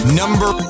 number